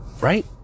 Right